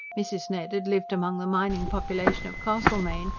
mrs. ned had lived among the mining population of castlemaine,